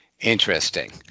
Interesting